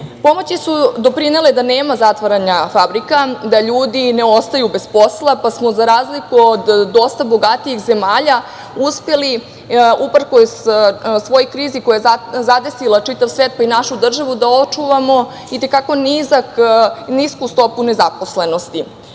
su doprinele da nema zatvaranja fabrika, da ljudi ne ostaju bez posla, pa smo za razliku od dosta bogatijih zemalja uspeli uprkos svoj krizi koja je zadesila čitav svet, pa i našu državu, da očuvamo i te kako nisku stopu nezaposlenosti. Takođe,